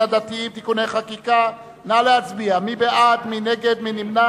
הדתיים (תיקוני חקיקה) (הרכב ועדת המינויים),